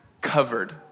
Covered